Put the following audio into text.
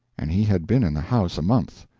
and he had been in the house a month.